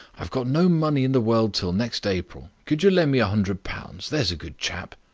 i've got no money in the world till next april. could you lend me a hundred pounds? there's a good chap.